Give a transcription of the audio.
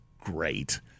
great